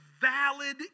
valid